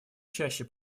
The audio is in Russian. чаще